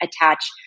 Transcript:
attach